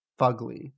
fugly